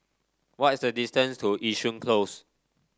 what is the distance to Yishun Close